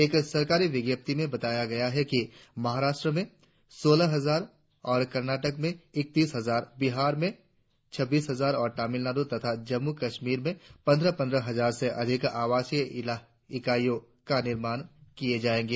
एक सरकारी विज्ञप्ति में बताया गया है कि महाराष्ट्र में सोलह हजार और कर्नाटक में इकतीस हजार बिहार में छब्बीस हजार और तमिलनाडु तथा जम्मू कश्मीर में पंद्रह पंद्रह हजार से अधिक आवासीय इकाइयों का निर्माण किया जायेगा